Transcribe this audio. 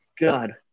God